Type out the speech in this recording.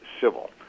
civil